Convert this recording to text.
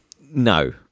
No